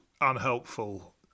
unhelpful